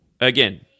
again